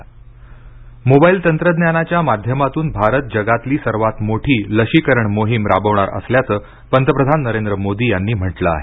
Modi mobile तंत्रज्ञानाच्या माध्यमातून भारत जगातली सर्वात मोठी लशीकरण मोहीम राबवणार असल्याचं पंतप्रधान नरेंद्र मोदी यांनी म्हटलं आहे